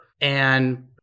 and-